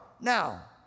Now